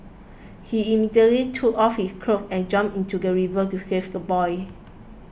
he immediately took off his clothes and jumped into the river to save the boy